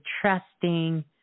trusting